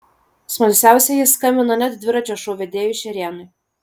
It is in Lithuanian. smalsiausieji skambino net dviračio šou vedėjui šerėnui